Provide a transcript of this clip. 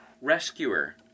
Rescuer